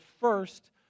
first